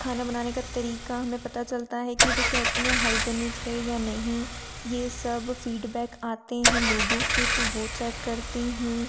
खाना बनाने का तरीका हमें पता चलता है कि वो कितने हाईजीनिक हैं या नहीं यह सब फ़ीडबैक आते हें लोगों के तो वह चेक करती हूँ